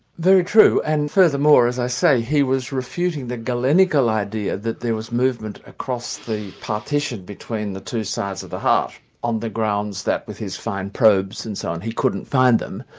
true, and furthermore as i say, he was refuting the galenical idea that there was movement across the partition between the two sides of the heart on the grounds that with his fine probes and so on, he couldn't find them,